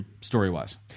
Story-wise